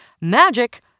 Magic